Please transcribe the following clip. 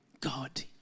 God